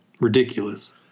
ridiculous